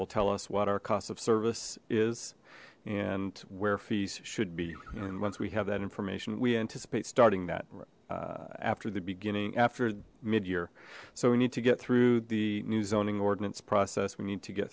will tell us what our cost of service is and where fees should be and once we have that information we anticipate starting that after the beginning after mid year so we need to get through the new zoning ordinance process we need to get